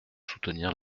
soutenir